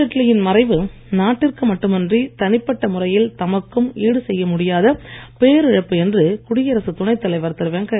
அருண்ஜெட்லி யின் மறைவு நாட்டிற்கு மட்டுமின்றி தனிப்பட்ட முறையில் தமக்கும் ஈடுசெய்ய முடியாத பேரிழப்பு என்று குடியரசுத் துணைத் தலைவர் திரு